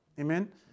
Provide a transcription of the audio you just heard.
amen